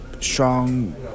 strong